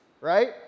right